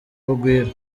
urugwiro